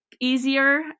Easier